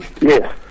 Yes